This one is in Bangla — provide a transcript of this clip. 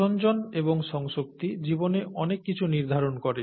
আসঞ্জন এবং সংসক্তি জীবনে অনেক কিছু নির্ধারণ করে